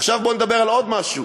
עכשיו בוא נדבר על עוד משהו,